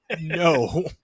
no